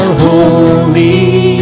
holy